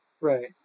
right